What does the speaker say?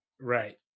Right